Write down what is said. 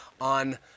on